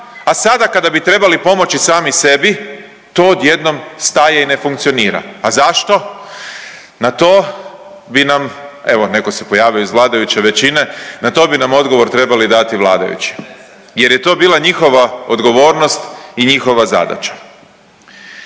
a sada kada bi trebali pomoći sami sebi to odjednom staje i ne funkcionira. A zašto? Na to bi nam evo neko se pojavio iz vladajuće većine, na to bi nam odgovor trebali dati vladajući jer je to bila njihova odgovornost i njihova zadaća.